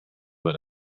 but